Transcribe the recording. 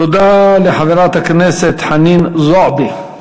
תודה לחברת הכנסת חנין זועבי.